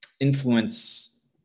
influence